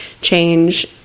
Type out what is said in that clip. change